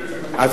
בבקשה,